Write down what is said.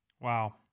Wow